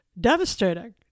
devastating